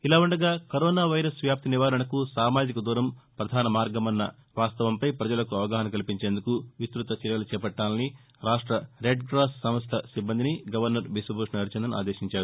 ఇదిలా ఉండగాకరోనా వైరస్ వ్యాప్తి నివారణకు సామాజిక దూరం పధాన మార్గమన్న వాస్తవంపై ప్రజలకు అవగాహన కల్పించేందుకు విస్తృత చర్యలు చేపట్టాలని రాష్ట రెడ్క్రాస్ సంస్ట సిబ్బందిని గవర్నర్ బిశ్వభూషణ్ హరిచందన్ ఆదేశించారు